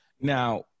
Now